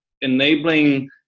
enabling